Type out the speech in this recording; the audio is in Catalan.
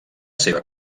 seva